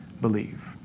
believe